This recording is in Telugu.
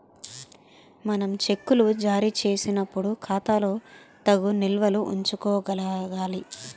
మనం చెక్కులు జారీ చేసినప్పుడు ఖాతాలో తగు నిల్వలు ఉంచుకోగలగాలి